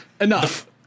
Enough